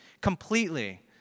Completely